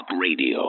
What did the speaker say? radio